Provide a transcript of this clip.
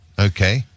okay